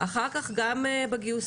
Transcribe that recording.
אחר כך גם בגיוסים,